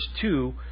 two